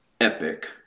epic